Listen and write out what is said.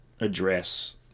address